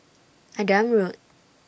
Adam Road